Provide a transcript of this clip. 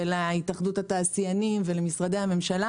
ולהתאחדות התעשיינים ולמשרדי הממשלה